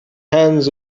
hands